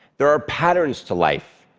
there are patterns to life,